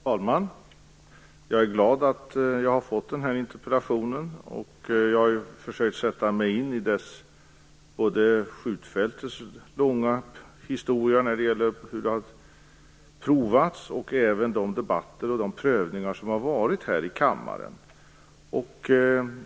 Fru talman! Jag är glad över att jag har fått den här interpellationen, och jag har försökt sätta mig in både i provskjutfältets långa historia och i de debatter och överväganden som har förekommit här i kammaren.